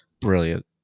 Brilliant